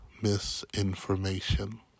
misinformation